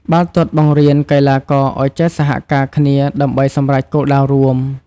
បាល់ទាត់បង្រៀនកីឡាករឲ្យចេះសហការគ្នាដើម្បីសម្រេចគោលដៅរួម។